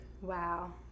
Wow